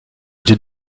did